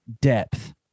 depth